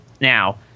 now